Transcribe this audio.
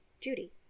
Judy